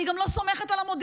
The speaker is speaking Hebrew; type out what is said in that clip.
אני גם לא סומכת על המודיעין,